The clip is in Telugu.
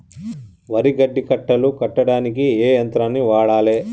వరి గడ్డి కట్టలు కట్టడానికి ఏ యంత్రాన్ని వాడాలే?